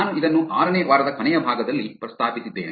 ನಾನು ಇದನ್ನು ಆರನೇ ವಾರದ ಕೊನೆಯ ಭಾಗದಲ್ಲಿ ಪ್ರಸ್ತಾಪಿಸಿದ್ದೇನೆ